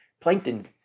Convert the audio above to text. Plankton